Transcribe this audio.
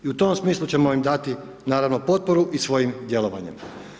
I u tom smislu ćemo im dati naravno potporu i svojim djelovanjem.